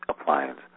appliance